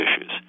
issues